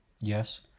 Yes